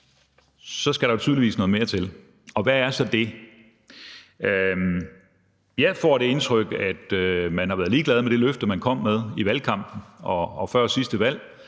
så skal der jo tydeligvis noget mere til. Og hvad er så det? Jeg får det indtryk, at man har været ligeglad med det løfte, man kom med i valgkampen og før sidste valg.